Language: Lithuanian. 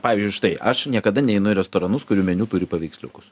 pavyzdžiui štai aš niekada neinu į restoranus kurių meniu turi paveiksliukus